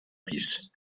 pis